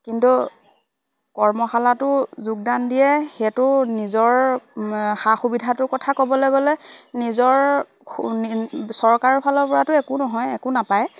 কিন্তু কৰ্মশালাটো যোগদান দিয়ে সেইেতটো নিজৰ সা সুবিধাটোৰ কথা ক'বলে গ'লে নিজৰ চৰকাৰৰ ফালৰ পৰাতো একো নহয় একো নাপায়